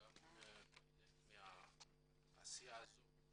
כחלק מהעשייה הזאת,